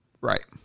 Right